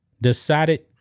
decided